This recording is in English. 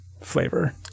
flavor